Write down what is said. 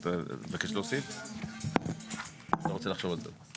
אז אתה מבקש להוסיף או שאתה רוצה לחשוב על זה עוד?